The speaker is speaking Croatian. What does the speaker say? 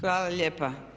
Hvala lijepa.